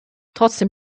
trotzdem